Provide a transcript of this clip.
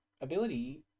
ability